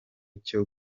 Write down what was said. cyo